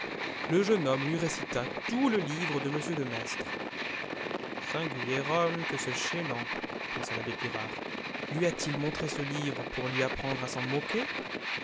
le jeune homme lui récita tout le livre de m de maistre singulier homme que ce chélan pensa l'abbé pirard lui a-t-il montré ce livre pour lui apprendre à s'en moquer